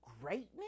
greatness